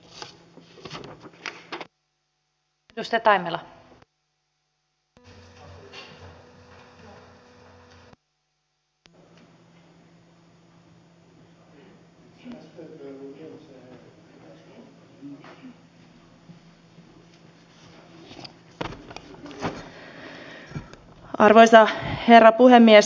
arvoisa herra puhemies